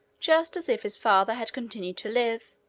just as if his father had continued to live,